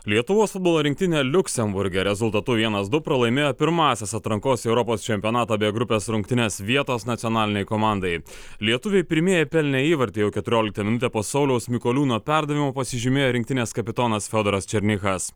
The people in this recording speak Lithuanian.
lietuvos futbolo rinktinė liuksemburge rezultatu vienas du pralaimėjo pirmąsias atrankos europos čempionato bė grupės rungtynes vietos nacionalinei komandai lietuviai pirmieji pelnė įvartį jau keturioliktą minutę po sauliaus mikoliūno perdavimo pasižymėjo rinktinės kapitonas fiodoras černychas